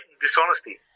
dishonesty